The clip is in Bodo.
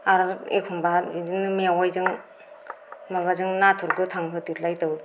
आर एखनबा बिदिनो मेवाइजों माबाजों नाथुर गोथां होदेरलायदो